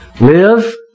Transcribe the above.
live